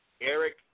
Eric